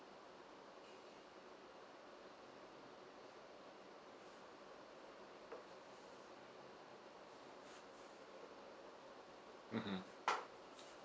mm mm